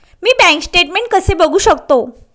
मी बँक स्टेटमेन्ट कसे बघू शकतो?